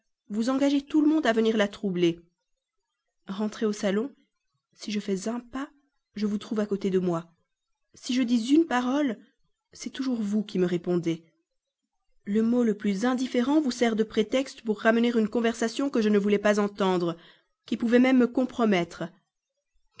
vous engagez tout le monde à venir la troubler rentrée au salon si je fais un pas je vous trouve à côté de moi si je dis une parole c'est toujours vous qui me répondez le mot le plus indifférent vous sert de prétexte pour ramener une conversation que je ne voulais pas entendre qui pouvait même me compromettre